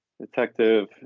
detective